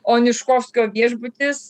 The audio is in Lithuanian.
o niškofskio viešbutis